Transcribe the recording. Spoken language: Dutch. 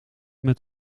met